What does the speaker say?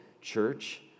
church